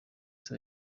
yaba